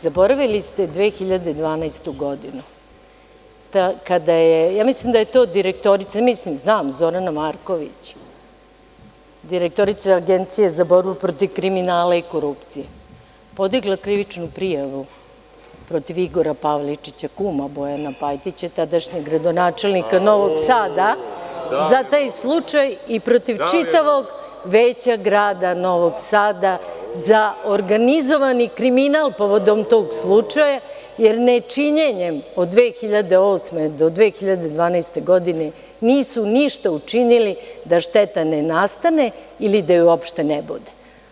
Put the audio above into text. Zaboravili ste 2012. godinu kada je, ja mislim da je to direktorica, mislim, znam Zorana Markovića, direktorica Agencije za borbu protiv kriminala i korupcije, podigla krivičnu prijavu protiv Igora Pavličića, kuma Bojana Pajtića, tadašnjeg gradonačelnika Novog Sada za taj slučaj i protiv čitavog veća grada Novog Sada za organizovani kriminal povodom tog slučaja, jer ne činjenjem od 2008. do 2012. godine, nisu ništa učinili da šteta ne nastane ili da je uopšte ne bude.